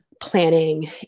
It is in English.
planning